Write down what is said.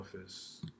office